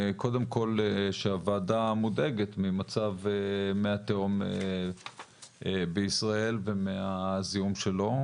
קודם כל שהוועדה מודאגת ממצב מי התהום בישראל ומהזיהום שלו,